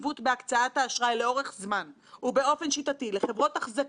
אלא את האופן שבו הם חילקו את הסיכון לטובת יציבותם,